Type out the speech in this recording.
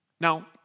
Now